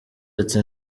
ati